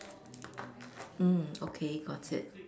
mm okay got it